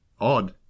odd